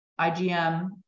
IgM